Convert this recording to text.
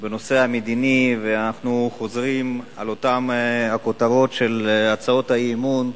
בנושא המדיני ואנחנו חוזרים על אותן כותרות של הצעות האי-אמון.